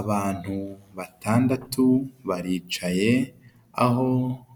Abantu batandatu baricaye aho